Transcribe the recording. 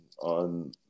on